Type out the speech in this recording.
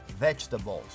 Vegetables